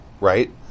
Right